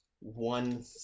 one